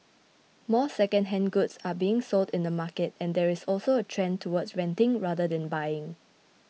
more secondhand goods are being sold in the market and there is also a trend towards renting rather than buying